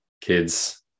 kids